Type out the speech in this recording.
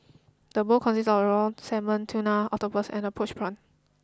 the bowl consists of raw salmon tuna octopus and a poached prawn